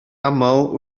aml